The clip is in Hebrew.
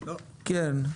כן,